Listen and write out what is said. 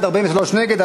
11 בעד, 43 נגד.